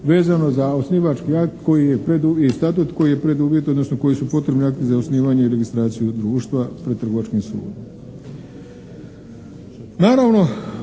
vezano za osnivački akt koji je, i Statut koji je preduvjet odnosno koji su potrebni akti za osnivanje i registraciju društva pred trgovačkim sudom. Naravno